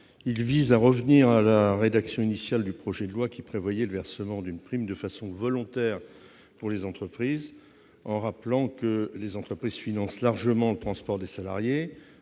et vise à revenir à la rédaction initiale du projet de loi, lequel prévoyait le versement d'une prime de façon volontaire par les entreprises. Il faut rappeler que les entreprises financent largement le transport des salariés